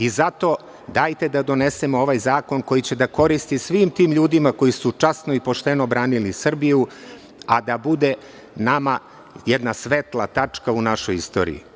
I zato dajte da donesemo ovaj zakon koji će da koristi svim tim ljudima koji su časno i pošteno branili Srbiju, a da bude nama jedna svetla tačka u našoj istoriji.